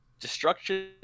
Destruction